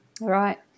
Right